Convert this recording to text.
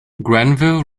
grenville